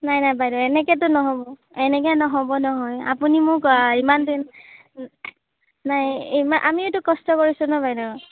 নাই নাই বাইদেউ এনেকেতো নহ'ব এনেকৈ নহ'ব নহয় আপুনি মোক ইমান দিন নাই ইমান আমিওতো কষ্ট কৰিছোঁ ন বাইদেউ